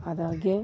ಅದಾಗೆ